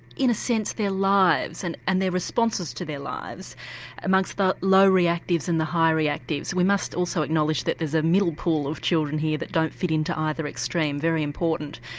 in a sense, their lives and and their responses to their lives amongst the low reactives and the high reactives. we must also acknowledge that there's a middle pool of children here that don't fit into either extreme, very important.